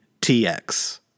TX